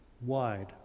wide